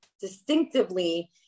distinctively